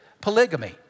polygamy